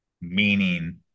meaning